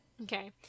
Okay